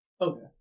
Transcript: Okay